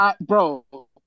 bro